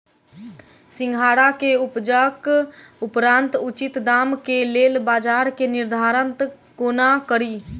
सिंघाड़ा केँ उपजक उपरांत उचित दाम केँ लेल बजार केँ निर्धारण कोना कड़ी?